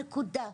נקודה.